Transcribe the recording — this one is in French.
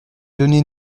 donnez